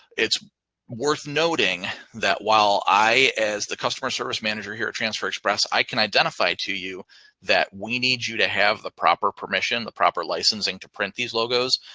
it's worth noting that while i as the customer service manager here at transfer express, i can identify to you that we need you to have the proper permission, the proper licensing to print these logos.